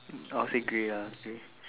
I would say grey ah grey